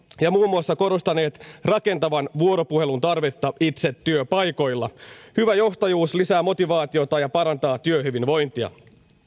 ja muun muassa korostaneet rakentavan vuoropuhelun tarvetta itse työpaikoilla hyvä johtajuus lisää motivaatiota ja parantaa työhyvinvointia